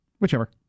Whichever